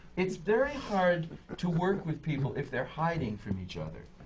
it's very hard to work with people if they're hiding from each other.